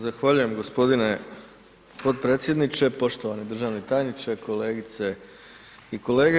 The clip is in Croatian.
Zahvaljujem g. potpredsjedniče, poštovani državni tajniče, kolegice i kolege.